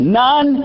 none